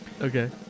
Okay